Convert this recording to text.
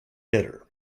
bitter